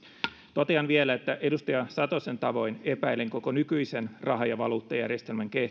totean vielä että edustaja satosen tavoin epäilen koko nykyisen raha ja valuuttajärjestelmän